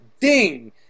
ding